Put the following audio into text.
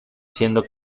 siendo